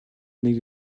нэг